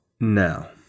Now